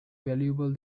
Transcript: valuable